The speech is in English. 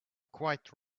quite